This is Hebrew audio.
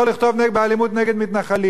מה יעשה המתנחל מנוער הגבעות?